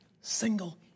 single